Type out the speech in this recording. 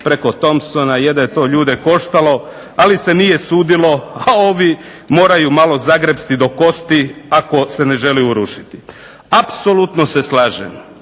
preko Thompsona, je da je to ljude koštalo ali se nije sudilo, a ovi moraju malo zagrepsti do kosti ako se ne želi urušiti. Apsolutno se slažem